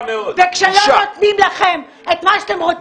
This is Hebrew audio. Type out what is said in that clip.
וכשלא נותנים לכם את מה שאתם רוצים,